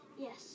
Yes